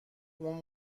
اون